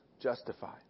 Justified